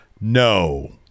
No